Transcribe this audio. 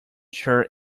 sure